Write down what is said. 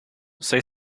say